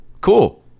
cool